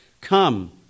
come